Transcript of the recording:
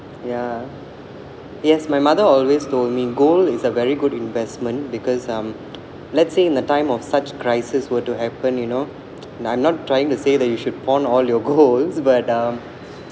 ya yes my mother always told me gold is a very good investment because um let's say in the time of such crisis were to happen you know now I'm not trying to say that you should pawn all your golds but um